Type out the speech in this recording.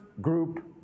group